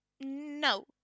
No